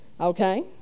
Okay